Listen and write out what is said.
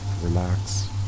Relax